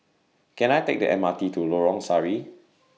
Can I Take The M R T to Lorong Sari